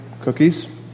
cookies